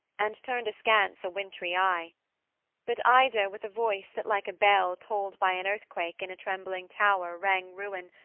and turned askance a wintry eye but ida with a voice, that like a bell tolled by an earthquake in a trembling tower, rang ruin,